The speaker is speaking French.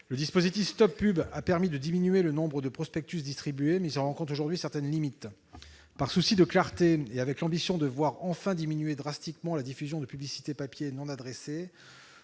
Le dispositif « Stop pub » a permis de diminuer le nombre de prospectus distribués, mais il rencontre aujourd'hui certaines limites. Par souci de clarté, et avec l'ambition de voir enfin diminuer drastiquement la diffusion de publicité papier non adressée,